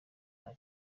nta